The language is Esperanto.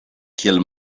kiel